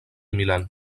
milán